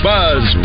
Buzz